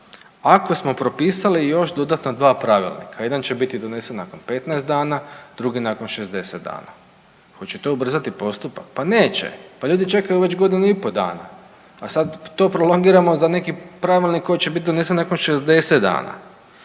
ako smo propisali još dodatna dva pravila. Jedan će biti donesen nakon 15 dana, drugi nakon 60 dana. Hoće to ubrzati postupak? Pa neće. Pa ljudi čekaju već godinu i pol dana, a to sad prolongiramo za neki Pravilnik koji će biti donesen nakon 60 dana.